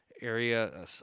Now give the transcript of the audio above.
area